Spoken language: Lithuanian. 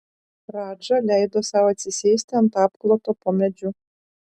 radža leido sau atsisėsti ant apkloto po medžiu